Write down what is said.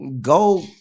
go